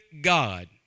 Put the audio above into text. God